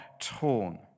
torn